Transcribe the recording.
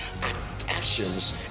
actions